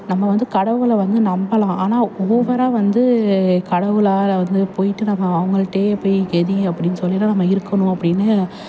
நம்ம வந்து கடவுளை வந்து நம்பலாம் ஆனால் ஓவராக வந்து கடவுளால் வந்து போய்ட்டு நம்ம அவங்கள்ட்டேயே போய் கதி அப்படின்னு சொல்லிலாம் நம்ம இருக்கணும் அப்படின்னு